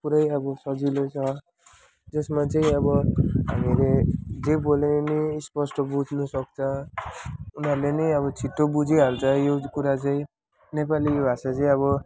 पुरै अब सजिलो छ जसमा चाहिँ अब हामीले जे बोले पनि स्पष्ट बुझ्नसक्छ उनीहरूले नै अब बुझिहाल्छ त्यो कुरा चाहिँ नेपाली भाषा चाहिँ अब